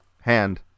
hand